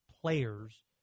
players